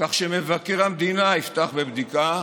כך שמבקר המדינה יפתח בבדיקה,